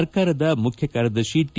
ಸರ್ಕಾರದ ಮುಖ್ಯ ಕಾರ್ಯದರ್ಶಿ ಟಿ